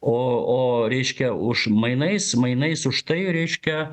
o o reiškia už mainais mainais už tai reiškia